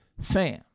Fam